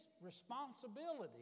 responsibility